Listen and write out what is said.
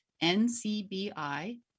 n-c-b-i